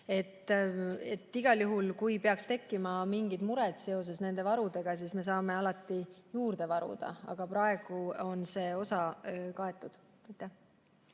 Igal juhul, kui peaks tekkima mingid mured seoses varudega, siis me saame alati juurde varuda, aga praegu on see [vajadus]